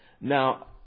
Now